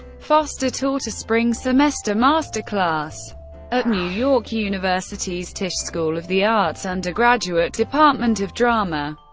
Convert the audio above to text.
foster taught a spring semester master class at new york university's tisch school of the arts undergraduate department of drama,